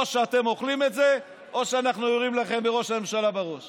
או שאתם אוכלים את זה או שאנחנו יורים לכם בראש הממשלה בראש